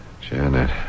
Janet